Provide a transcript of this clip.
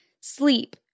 sleep